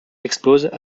explosent